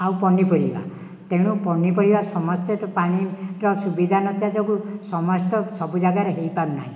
ଆଉ ପନିପରିବା ତେଣୁ ପନିପରିବା ସମସ୍ତେ ପାଣିର ସୁବିଧା ନଥିବା ଯୋଗୁ ସମସ୍ତ ସବୁ ଯାଗାରେ ହୋଇପାରୁନାହିଁ